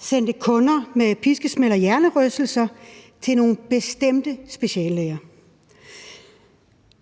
sendte kunder med piskesmæld og hjernerystelse til nogle bestemte speciallæger.